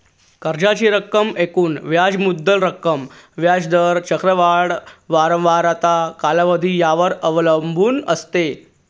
कर्जाची रक्कम एकूण व्याज मुद्दल रक्कम, व्याज दर, चक्रवाढ वारंवारता, कालावधी यावर अवलंबून असते